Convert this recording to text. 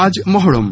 আজ মহরম